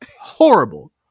Horrible